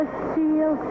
steel